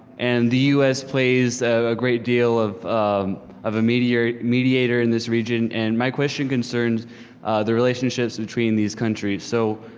and the us plays a great deal of um of a mediator mediator in this region and my question concerns the relationships between these countries, so